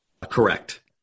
Correct